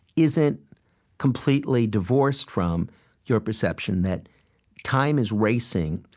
isn't completely divorced from your perception that time is racing.